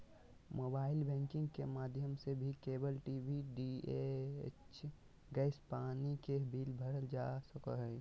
mobile banking के माध्यम से भी केबल टी.वी, डी.टी.एच, गैस, पानी के बिल भरल जा सको हय